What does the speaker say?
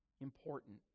important